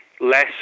Less